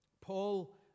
Paul